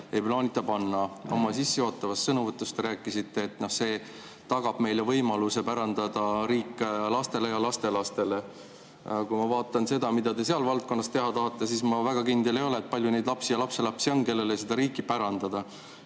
ei plaanita panna. Oma sissejuhatavas sõnavõtus te rääkisite, et see tagab meile võimaluse pärandada riik lastele ja lastelastele. Kui ma vaatan seda, mida te seal valdkonnas teha tahate, siis ma väga kindel ei ole, kui palju neid lapsi ja lapselapsi on, kellele seda riiki pärandada. Siit